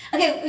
Okay